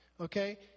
okay